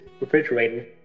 refrigerator